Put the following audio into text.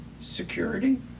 security